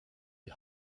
die